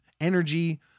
energy